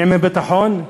ענייני ביטחון,